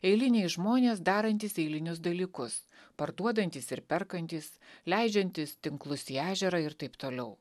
eiliniai žmonės darantys eilinius dalykus parduodantys ir perkantys leidžiantys tinklus į ežerą ir taip toliau